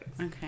Okay